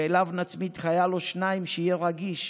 ואליו נצמיד חייל או שניים שיהיה רגיש,